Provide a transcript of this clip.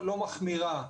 להגעה של הפרת סדר,